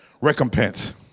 recompense